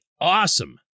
awesome